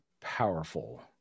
powerful